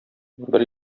бер